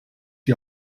die